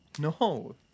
No